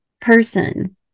person